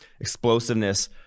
Explosiveness